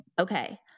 Okay